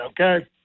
okay